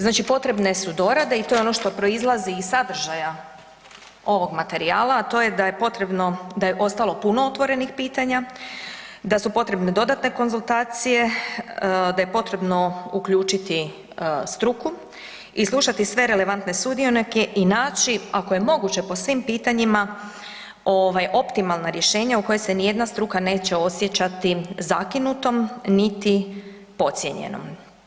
Znači potrebne su dorade i to je ono što proizlazi iz sadržaja ovog materijala, a to je da je potrebno da je ostalo puno otvorenih pitanja, da su potrebne dodatne konzultacije, da je potrebno uključiti struku i slušati sve relevantne sudionike i naći, ako je moguće po svim pitanjima optimalna rješenja u koje se nijedna struka neće osjećati zakinutom niti podcijenjenom.